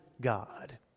God